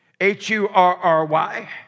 H-U-R-R-Y